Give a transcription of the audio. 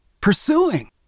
pursuing